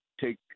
take